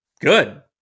good